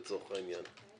לצורך העניין.